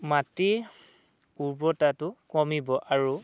মাটিৰ উৰ্বৰতাটো কমিব আৰু